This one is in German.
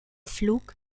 flug